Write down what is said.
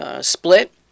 split